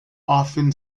often